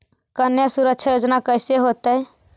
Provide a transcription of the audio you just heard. कन्या सुरक्षा योजना कैसे होतै?